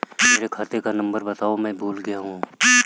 मेरे खाते का नंबर बताओ मैं भूल गया हूं